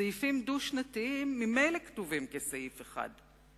סעיפים דו-שנתיים ממילא כתובים כסעיף אחד,